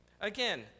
Again